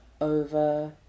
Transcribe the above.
over